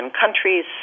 countries